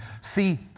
see